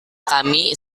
kami